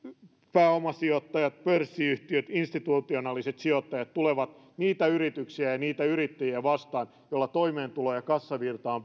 pääomasijoittajat pörssiyhtiöt ja institutionaaliset sijoittajat tulevat niitä yrityksiä ja niitä yrittäjiä vastaan joilla toimeentulo ja kassavirta ovat